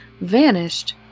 vanished